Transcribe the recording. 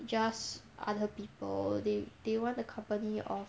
just other people they they want the company of